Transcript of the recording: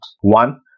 One